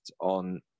on